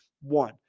One